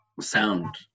sound